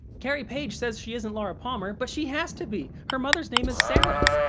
carrie paige says she isn't laura palmer, but she has to be! her mother's name is sarah!